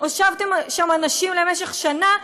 הושבתם שם אנשים למשך שנה,